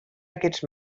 aquests